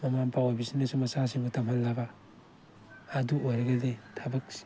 ꯃꯃꯥ ꯃꯄꯥ ꯑꯣꯏꯕꯁꯤꯡꯅꯁꯨ ꯃꯆꯥꯁꯤꯡꯕꯨ ꯇꯝꯍꯜꯂꯕ ꯑꯗꯨ ꯑꯣꯏꯔꯒꯗꯤ ꯊꯕꯛꯁꯤ